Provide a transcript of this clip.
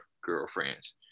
girlfriends